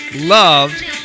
loved